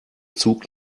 zug